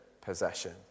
possession